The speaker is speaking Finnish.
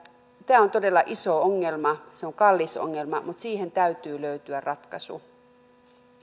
tämä on todella iso ongelma se on kallis ongelma mutta siihen täytyy löytyä ratkaisu